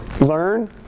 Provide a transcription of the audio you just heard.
learn